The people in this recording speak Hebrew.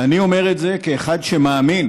ואני אומר את זה כאחד שמאמין